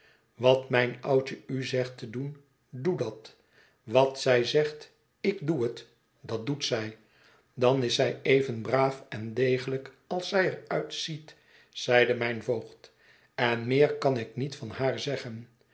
wat mijn oudje u zegt te doen doe dat wat zij zegt ik doe het dat doet zij dan is zij even hraaf en degelijk als zij er uitziet zeide mijn voogd en meer kan ik niet van haar zeggen